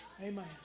Amen